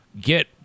get